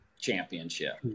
Championship